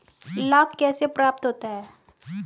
लाख कैसे प्राप्त होता है?